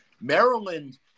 Maryland